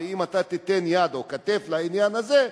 ואם אתה תיתן יד או כתף לעניין הזה,